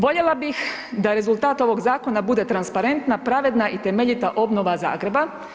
Voljela bih da rezultat ovog zakona bude transparentna, pravedna i temeljita obnova Zagreba.